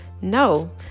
No